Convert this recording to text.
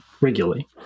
regularly